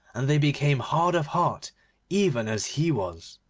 and they became hard of heart even as he was.